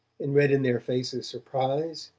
and read in their faces surprise,